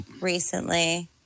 recently